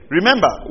Remember